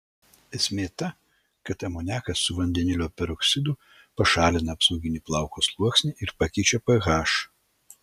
esmė ta kad amoniakas su vandenilio peroksidu pašalina apsauginį plauko sluoksnį ir pakeičia ph